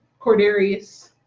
Cordarius